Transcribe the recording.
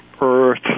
Earth